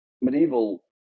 Medieval